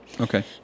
Okay